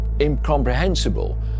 incomprehensible